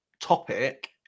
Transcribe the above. topic